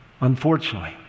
unfortunately